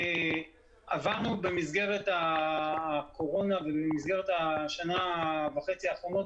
במסגרת הקורונה ובמסגרת השנה וחצי האחרונות